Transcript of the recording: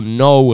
no